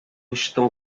estão